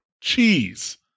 cheese